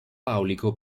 aulico